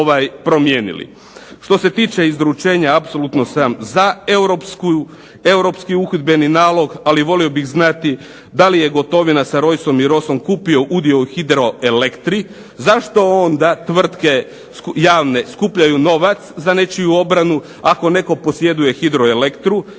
Što se tiče izručenja apsolutno sam za europski uhidbeni nalog, ali volio bih znati da li je Gotovina sa Rojsom i Rosom kupio udio u Hidroelektri. Zašto onda tvrtke javne skupljaju novac za nečiju obranu ako netko posjeduje Hidroelektru?